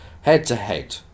Head-to-head